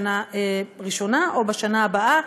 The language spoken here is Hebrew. בשנה הראשונה או בשנה שאחריה,